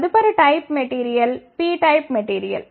తదుపరి type material p type material